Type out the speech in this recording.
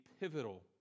pivotal